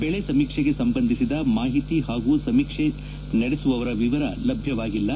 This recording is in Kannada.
ಬೆಳೆ ಸಮೀಕ್ಷೆಗೆ ಸಂಬಂಧಿಸಿದ ಮಾಹಿತಿ ಹಾಗೂ ಸಮೀಕ್ಷೆ ನಡೆಸುವವರ ವಿವರ ಲಭ್ಯವಾಗಿಲ್ಲ